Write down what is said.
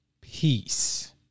peace